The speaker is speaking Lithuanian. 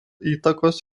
įtakos